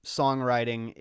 songwriting